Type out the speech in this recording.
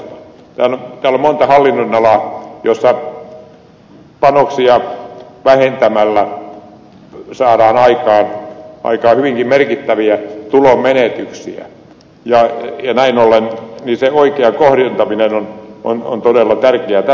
täällä on monta hallinnonalaa joissa panoksia vähentämällä saadaan aikaan hyvinkin merkittäviä tulonmenetyksiä ja näin ollen se oikea kohdentaminen on todella tärkeää